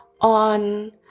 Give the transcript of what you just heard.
on